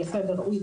ראוי,